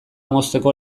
mozteko